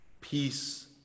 peace